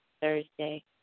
Thursday